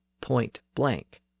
point-blank